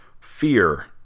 Fear